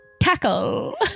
tackle